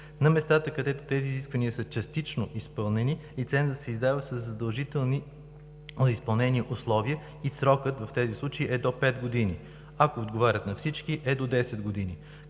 На местата, където тези изисквания са частично изпълнени, лицензът се издава със задължителни изпълнени условия и срокът в тези случаи е до пет години, ако отговарят на всички – е до десет години.